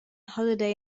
holiday